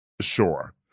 Sure